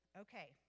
Okay